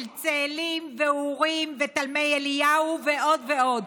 של צאלים ואורים ותלמי אליהו ועוד ועוד.